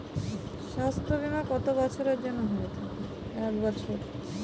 স্বাস্থ্যবীমা কত বছরের জন্য হয়ে থাকে?